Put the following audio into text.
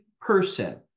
person